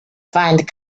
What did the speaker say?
find